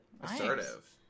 Assertive